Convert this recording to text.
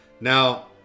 Now